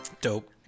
Dope